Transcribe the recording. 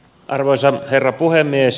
arvoisa herra puhemies